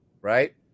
right